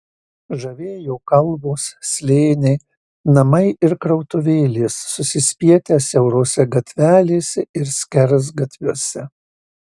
žavėjo kalvos slėniai namai ir krautuvėlės susispietę siaurose gatvelėse ir skersgatviuose